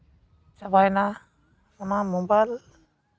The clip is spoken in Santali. ᱪᱟᱵᱟᱭᱮᱱᱟ ᱚᱱᱟ ᱢᱳᱵᱟᱭᱤᱞ